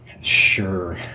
Sure